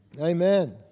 Amen